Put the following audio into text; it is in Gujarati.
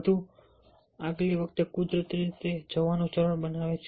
વધુ આગલી વખતે કુદરતી રીતે જવાનું સરળ બનાવે છે